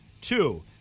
Two